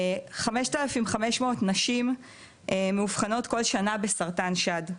כ-5,500 נשים מאובחנות כל שנה בסרטן שד,